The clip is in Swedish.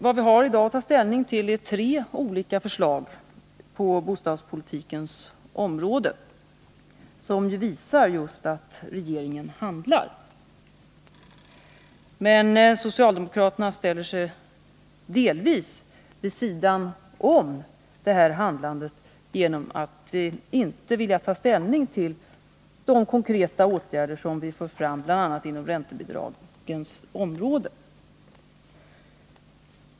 Vad vi har att ta ställning till i dag är tre olika förslag på bostadspolitikens område som visar att regeringen just handlar. Men socialdemokraterna ställer sig delvis vid sidan om detta handlande genom att de inte vill ta ställning till de förslag till konkreta åtgärder som vi för fram, bl.a. inom räntebidragens område.